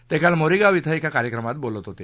ते काल मोरीगाव क्रें एका कार्यक्रमात बोलत होते